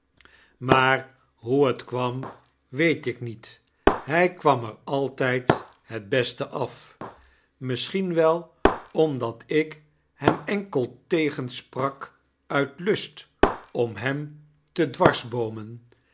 maar hoe het kwam weet ikniet hij kwam er altijd het beste af misschien wel omdat ik hem enkel tegensprak uit lust om hem te dwarsboomen en